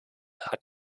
hat